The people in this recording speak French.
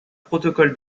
protocole